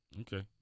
Okay